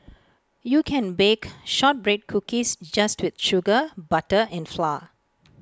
you can bake Shortbread Cookies just with sugar butter and flour